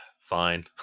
Fine